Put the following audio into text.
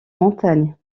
montagne